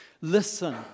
Listen